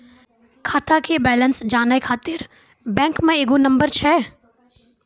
खाता के बैलेंस जानै ख़ातिर बैंक मे एगो नंबर छै?